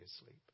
asleep